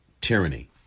Tyranny